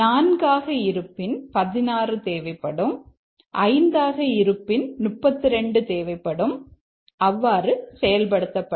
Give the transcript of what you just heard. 4 இருப்பின் 16 தேவைப்படும் 5 இருப்பின் 32 தேவைப்படும் அவ்வாறு செயல்படுத்தப்படும்